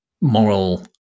moral